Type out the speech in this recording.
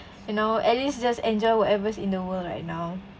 you know at least just enjoy whatever's in the world right now